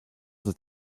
dat